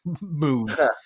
move